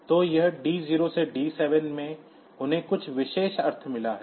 तो इस D0 से D7 में उन्हें कुछ विशेष अर्थ मिला है